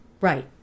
Right